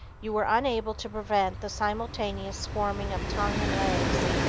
you were unable to prevent the simultaneous squirming of tongue and legs,